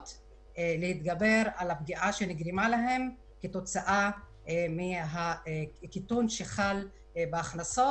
להתגבר על הפגיעה שנגרמה להן כתוצאה מן הקיטון שחל בהכנסות.